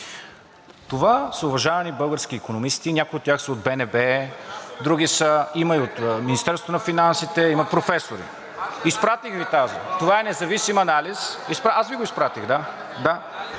Това са уважавани български икономисти. Някои от тях са от БНБ, има и от Министерството на финансите, има професори. Изпратих Ви тази. Това е независим анализ… (Реплика